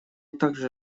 также